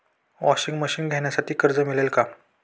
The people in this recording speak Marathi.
वॉशिंग मशीन घेण्यासाठी कर्ज मिळेल का?